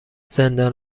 زندان